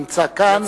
נמצא כאן,